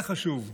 זה חשוב.